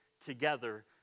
together